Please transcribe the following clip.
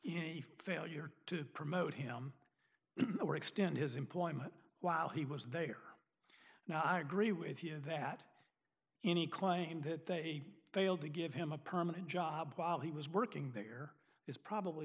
not failure to promote him or extend his employment while he was there and i agree with you that any claim that they failed to give him a permanent job while he was working there is probably